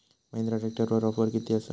महिंद्रा ट्रॅकटरवर ऑफर किती आसा?